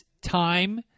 time